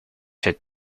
had